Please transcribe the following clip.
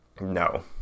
No